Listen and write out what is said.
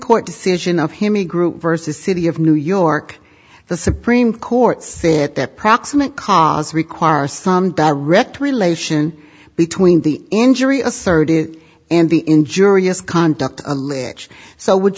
court decision of himi group versus city of new york the supreme court said that proximate cause require some direct relation between the injury asserted and the injurious conduct alleged so would